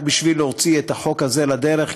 רק בשביל להוציא את החוק הזה לדרך,